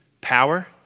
power